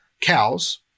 cows